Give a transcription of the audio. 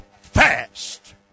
fast